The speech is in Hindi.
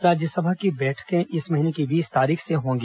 राज्यसभा की बैठकें इस महीने की बीस तारीख से होंगी